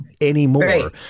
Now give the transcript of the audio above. anymore